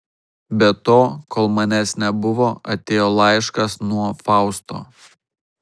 be to kol manęs nebuvo atėjo laiškas nuo fausto